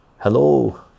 hello